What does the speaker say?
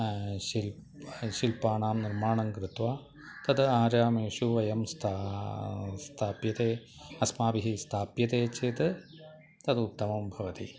शिल्पः शिल्पाणां निर्माणं कृत्वा तत् आरामेषु वयं स्था स्थाप्यते अस्माभिः स्थाप्यते चेत् तत् उत्तमं भवति